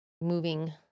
moving